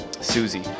susie